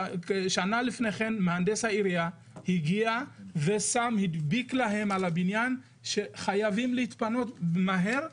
שנה לפני כן מהנדס העירייה הגיע והדביק להם לבניין שחייבים להתפנות מהר.